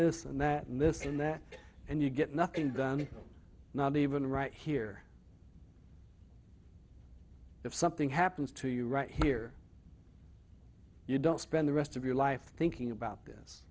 this and that and this and there and you get nothing done not even right here if something happens to you right here you don't spend the rest of your life thinking about this